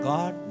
God